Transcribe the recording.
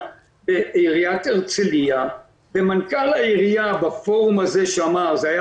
בעירית הרצליה ומנכ"ל העיריה בפורום הזה אמר זה היה